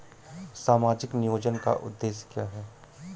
सामाजिक नियोजन का उद्देश्य क्या है?